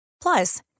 Plus